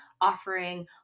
offering